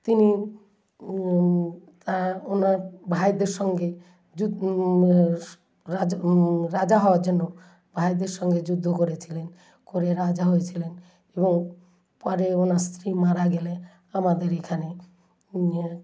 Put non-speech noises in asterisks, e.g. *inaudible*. তিনি তার ওনার ভাইদের সঙ্গে যুদ *unintelligible* রাজা হওয়ার জন্য ভাইদের সঙ্গে যুদ্ধও করেছিলেন করে রাজা হয়েছিলেন এবং পরে ওনার স্ত্রী মারা গেলে আমাদের এখানে